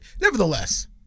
nevertheless